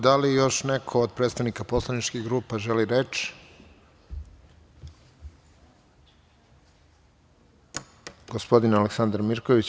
Da li još neko od predstavnika poslaničkih grupa želi reč? (Da) Reč ima narodni poslanik Aleksandar Mirković.